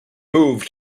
moved